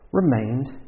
remained